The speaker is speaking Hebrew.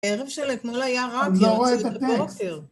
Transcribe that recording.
הערב של אתמול היה רק ל......